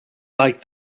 liked